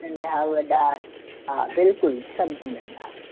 नंढा वॾा हा बिल्कुलु सभु मिलंदा